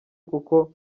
kuko